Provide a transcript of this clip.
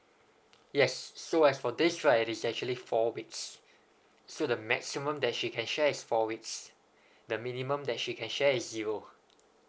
yes so as for this right it is actually four weeks so the maximum that she can share is four weeks the minimum that she can share is zero